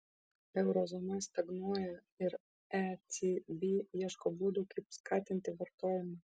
euro zona stagnuoja ir ecb ieško būdų kaip skatinti vartojimą